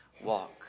walk